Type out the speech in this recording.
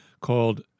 called